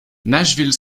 nashville